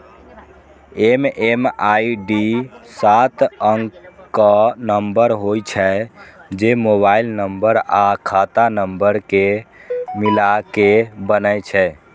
MMID सात अंकक number होइ छै, जे मोबाइल नंबर आ खाता नंबर कें मिलाके बनै छै